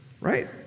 right